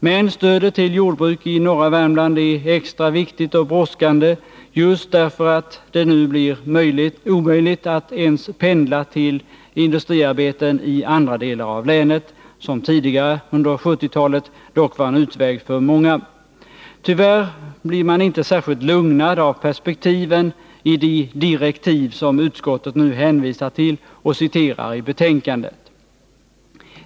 Men stödet till jordbruk i norra Värmland är extra viktigt och brådskande just därför att det nu blir omöjligt att ens pendla till industriarbeten i andra delar av länet, något som tidigare — under 1970-talet — dock var en utväg för många. Tyvärr blir man inte särskilt lugnad av perspektiven i de direktiv som utskottet nu hänvisar till och som citeras i betänkandet.